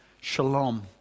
Shalom